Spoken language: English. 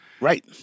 Right